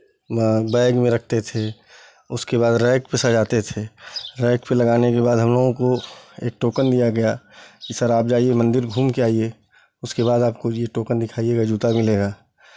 वहाँ बैग में रखते थे उसके बाद रैक पे सजाते थे रैक में लगाने के बाद हमलोगों को एक टोकन दिया गया कि सर आप जाइए मन्दिर घूम के आइए उसके बाद आपको ये टोकन दिखाइएगा जूता मिलेगा